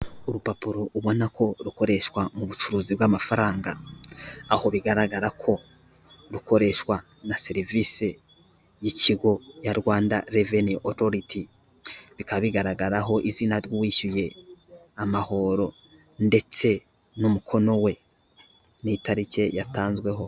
Urupapuro ubona ko rukoreshwa mu bucuruzi bw'amafaranga, aho bigaragara ko rukoreshwa na serivisi y'ikigo ya Rwanda Revenue Authority, bikaba bigaragaraho izina ry'uwishyuye amahoro ndetse n'umukono we n'itariki yatanzweho.